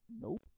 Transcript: nope